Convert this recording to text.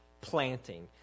planting